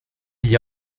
gli